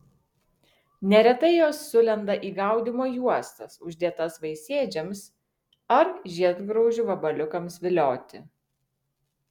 neretai jos sulenda į gaudymo juostas uždėtas vaisėdžiams ar žiedgraužių vabaliukams vilioti